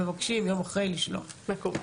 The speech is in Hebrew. לשלוח יום אחרי שמבקשים.